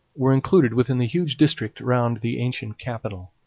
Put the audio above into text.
were included within the huge district round the ancient capital.